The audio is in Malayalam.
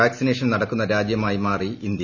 വാക്സിനേഷൻ നടക്കുന്ന രാജ്യമായി മാറി ഇന്ത്യ